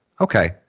Okay